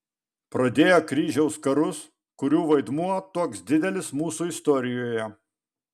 pradėjo kryžiaus karus kurių vaidmuo toks didelis mūsų istorijoje